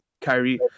Kyrie